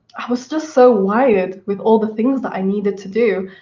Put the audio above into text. i was just so wired with all the things that i needed to do,